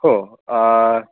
हो